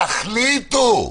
תחליטו.